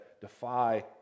defy